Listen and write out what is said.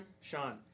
Sean